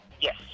Yes